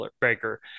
breaker